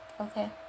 Okay